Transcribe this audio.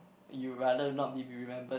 you rather not be remembered